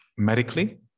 medically